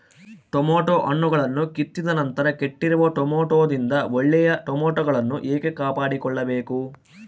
Tomato ಹಣ್ಣುಗಳನ್ನು ಕಿತ್ತಿದ ನಂತರ ಕೆಟ್ಟಿರುವ ಟೊಮೆಟೊದಿಂದ ಒಳ್ಳೆಯ ಟೊಮೆಟೊಗಳನ್ನು ಹೇಗೆ ಕಾಪಾಡಿಕೊಳ್ಳಬೇಕು?